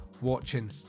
watching